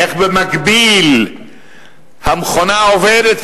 איך במקביל המכונה עובדת,